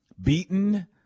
beaten